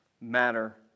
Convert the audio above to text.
matter